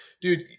Dude